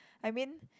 I mean